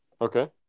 Okay